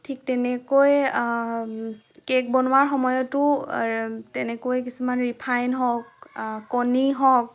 ঠিক তেনেকৈ কেক বনোৱাৰ সময়তো তেনেকৈ কিছুমান ৰিফাইন হওক কণী হওক